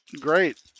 Great